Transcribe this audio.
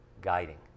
guiding